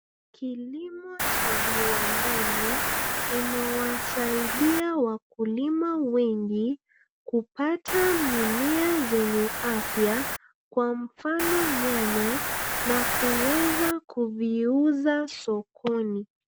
Kilimo cha viwandani imewasaidia wakulima wengi kupata mimea zenye afya kwa mfano nyanya na kuweza kuviuza sokoni.